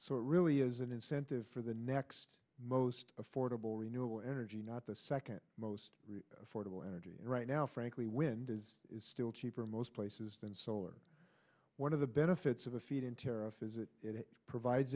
so it really is an incentive for the next most affordable renewable energy not the second most affordable energy right now frankly wind is still cheaper in most places than solar one of the benefits of a feed in tariff is it it provides